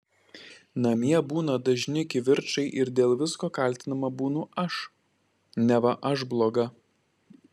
namie būna dažni kivirčai ir dėl visko kaltinama būnu aš neva aš bloga